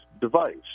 device